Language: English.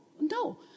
no